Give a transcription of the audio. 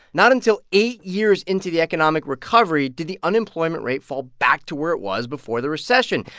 not until eight years into the economic recovery did the unemployment rate fall back to where it was before the recession.